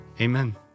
amen